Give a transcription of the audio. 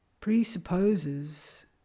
presupposes